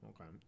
Okay